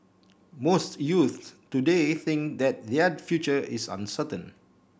most youths today think that their future is uncertain